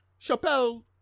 Chappelle